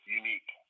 unique